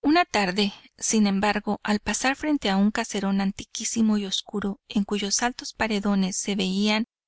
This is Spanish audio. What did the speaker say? una tarde sin embargo al pasar frente a un caserón antiquísimo y oscuro en cuyos altos paredones se veían